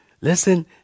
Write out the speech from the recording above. listen